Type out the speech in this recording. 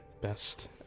best